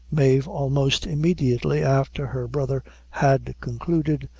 mave, almost immediately after her brother had concluded,